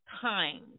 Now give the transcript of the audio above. time